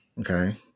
Okay